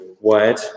word